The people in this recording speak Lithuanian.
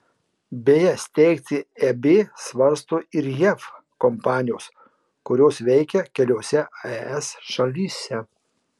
beje steigti eb svarsto ir jav kompanijos kurios veikia keliose es šalyse